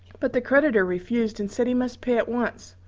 but the creditor refused and said he must pay at once.